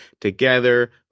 together